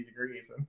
degrees